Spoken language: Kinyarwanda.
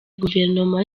guverinoma